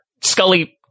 Scully